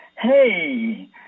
Hey